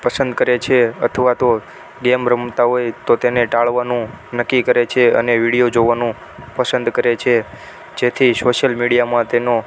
પસંદ કરે છે અથવા તો ગેમ રમતા હોય તો તેને ટાળવાનું નક્કી કરે છે અને વિડીયો જોવાનું પસંદ કરે છે જેથી સોશિયલ મીડિયામાં તેનો